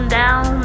down